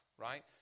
right